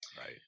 right